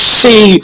see